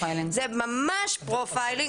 זה ממש פרופיילינג,